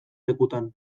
lekutan